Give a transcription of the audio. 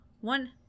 one